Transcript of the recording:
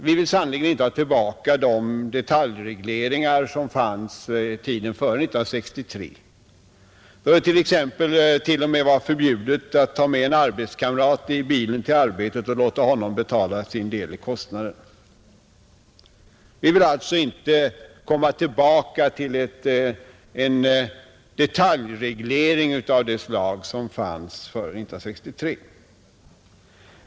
Vi vill sannerligen inte ha tillbaka de detaljregleringar som fanns under tiden före 1963, då det t.ex. var förbjudet att ta med en arbetskamrat i bilen till arbetet och låta honom betala sin del av kostnaden. Vi vill alls inte komma tillbaka till en detaljreglering av det slag som fanns före 1963.